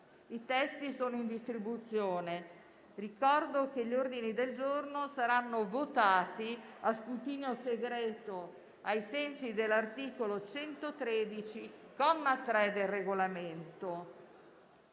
intendono illustrati. Ricordo che gli ordini del giorno saranno votati a scrutinio segreto, ai sensi dell'articolo 113, comma 3, del Regolamento.